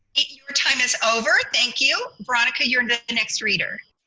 your time is over, thank you. veronica, you're and the next reader.